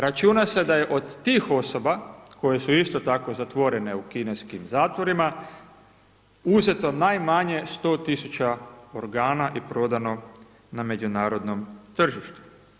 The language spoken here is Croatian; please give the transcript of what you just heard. Računa se da je od tih osoba koje su isto tako zatvorene u kineskim zatvorima, uzeto najmanje 100 tisuća organa i prodano na međunarodnom tržištu.